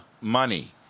money